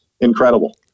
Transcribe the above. incredible